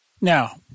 Now